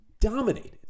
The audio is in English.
dominated